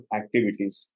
activities